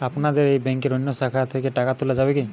আপনাদের এই ব্যাংকের অন্য শাখা থেকে টাকা তোলা যাবে কি না?